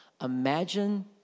Imagine